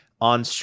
on